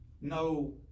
no